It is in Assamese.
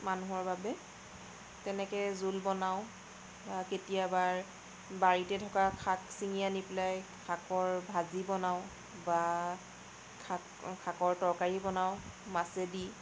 মানুহৰ বাবে তেনেকে জোল বনাওঁ বা কেতিয়াবা বাৰীতে থকা শাক চিঙি আনি পেলাই শাকৰ ভাজি বনাওঁ বা শাক শাকৰ তৰকাৰি বনাওঁ মাছেদি